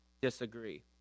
disagree